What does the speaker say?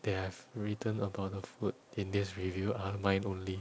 that I have written about the food in this review are mine only